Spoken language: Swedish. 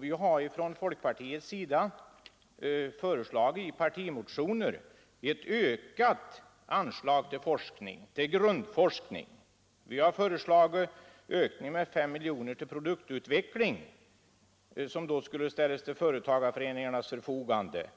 Vi har från folkpartiets sida i partimotioner förslagit ett ökat anslag till grundforskning. Vi har föreslagit en ökning av anslaget till produktutveckling med 5 miljoner kronor, som skulle ställas till företagarföreningarnas förfogande.